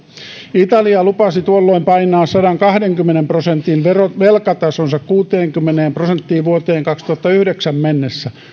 italia lupasi tuolloin painaa sadankahdenkymmenen prosentin velkatasonsa kuuteenkymmeneen prosenttiin vuoteen kaksituhattayhdeksän mennessä